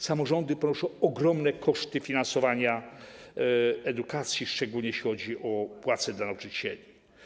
Samorządy ponoszą ogromne koszty finansowania edukacji, szczególnie jeśli chodzi o płace dla nauczycieli.